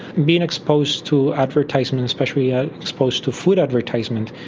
being exposed to advertisements, especially ah exposed to food advertisements,